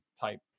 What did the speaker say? type